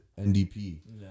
NDP